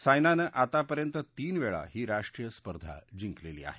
सायनानं आतापर्यंत तीन वेळा ही राष्ट्रीय स्पर्धा जिंकलेली आहे